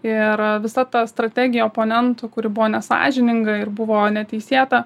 ir visa ta strategija oponentų kuri buvo nesąžininga ir buvo neteisėta